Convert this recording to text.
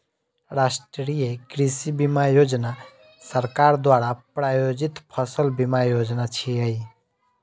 राष्ट्रीय कृषि बीमा योजना सरकार द्वारा प्रायोजित फसल बीमा योजना छियै